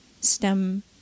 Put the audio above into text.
STEM